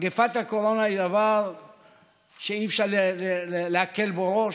מגפת הקורונה היא דבר שאי-אפשר להקל בו ראש,